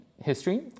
history